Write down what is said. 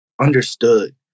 understood